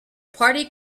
party